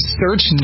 search